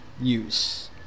use